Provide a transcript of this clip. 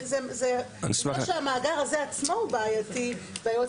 כמו שהמאגר הזה עצמו הוא בעייתי והיועץ